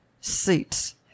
seats